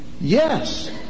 yes